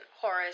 Horace